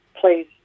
please